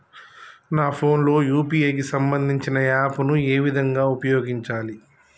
నా ఫోన్ లో యూ.పీ.ఐ కి సంబందించిన యాప్ ను ఏ విధంగా ఉపయోగించాలి?